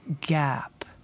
gap